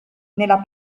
nella